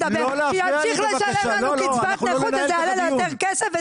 שימשיך לשלם לנו קצבת נכות וזה יעלה לו יותר כסף,